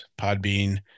Podbean